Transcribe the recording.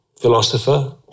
philosopher